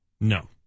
No